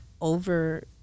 over